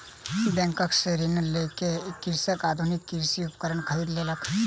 bank सॅ ऋण लय के कृषक आधुनिक कृषि उपकरण खरीद लेलक